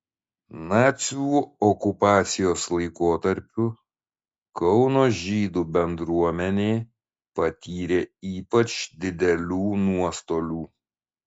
nacių okupacijos laikotarpiu kauno žydų bendruomenė patyrė ypač didelių nuostolių